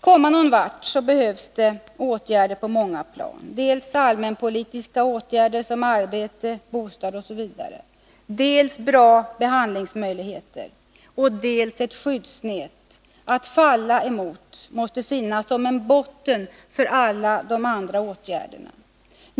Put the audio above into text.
komma någonvart behövs det åtgärder på många plan, dels allmänpolitiska åtgärder som arbete, bostad osv., dels bra behandlingsmöjligheter, dels också ett skyddsnät att falla mot som en botten för alla de andra åtgärderna.